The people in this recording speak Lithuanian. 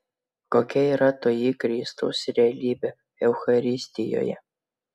kokia yra toji kristaus realybė eucharistijoje